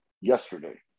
yesterday